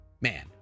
Man